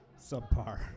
subpar